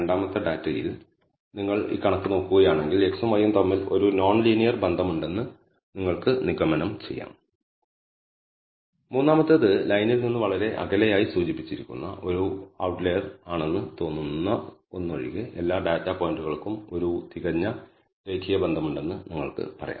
രണ്ടാമത്തെ ഡാറ്റയിൽ നിങ്ങൾ ഈ കണക്ക് നോക്കുകയാണെങ്കിൽ x ഉം y ഉം തമ്മിൽ ഒരു നോൺ ലീനിയർ ബന്ധമുണ്ടെന്ന് നിങ്ങൾക്ക് നിഗമനം ചെയ്യാം മൂന്നാമത്തേത് ലൈനിൽ നിന്ന് വളരെ അകലെയായി സൂചിപ്പിച്ചിരിക്കുന്ന ഒരു ഔട്ട്ലിയർ ആണെന്ന് തോന്നുന്ന ഒന്ന് ഒഴികെ എല്ലാ ഡാറ്റാ പോയിന്റുകൾക്കും ഒരു തികഞ്ഞ രേഖീയ ബന്ധമുണ്ടെന്ന് നിങ്ങൾക്ക് പറയാം